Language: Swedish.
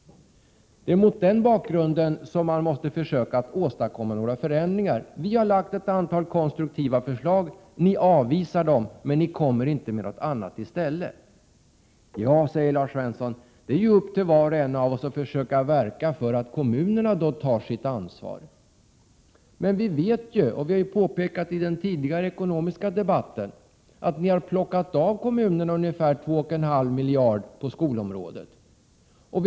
Det är mot den bakgrunden man måste försöka åstadkomma några förändringar. Vi har lagt fram ett antal konstruktiva förslag. Ni avvisar dem, men ni kommer inte med något annat i stället. Lars Svensson säger att det är upp till var och en av oss att försöka verka för att kommunerna tar sitt ansvar. Men vi vet att ni har plockat av kommunerna ungefär 2,5 miljarder på skolområdet. Det har vi också påpekat i den tidigare ekonomiska debatten.